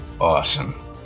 Awesome